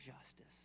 justice